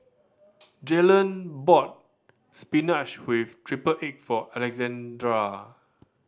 Jaylen bought spinach with triple egg for Alexandra